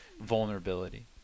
vulnerability